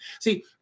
See